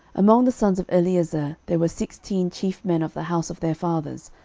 among the sons of eleazar there were sixteen chief men of the house of their fathers,